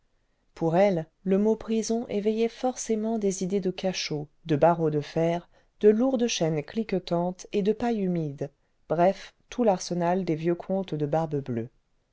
pour elle le mot prison éveillait forcément des idées le vingtième siècle cle cachot de barreaux de fer de lourdes chaînes cliquetantes et de paille humide bref tout l'arsenal des vieux contes de barbe-bleue